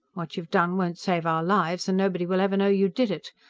what you've done won't save our lives, and nobody will ever know you did it.